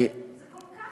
זה כל כך